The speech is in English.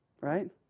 Right